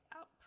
up